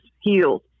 healed